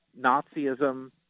Nazism